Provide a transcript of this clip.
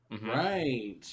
Right